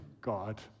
God